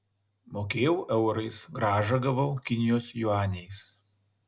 mokėjau eurais grąžą gavau kinijos juaniais